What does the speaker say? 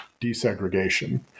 desegregation